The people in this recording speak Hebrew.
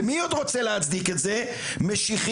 ומי עוד רוצה להצדיק את זה?